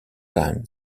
time